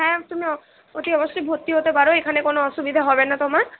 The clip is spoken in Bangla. হ্যাঁ তুমি অতি অবশ্যই ভর্তি হতে পারো এখানে কোনো অসুবিধা হবে না তোমার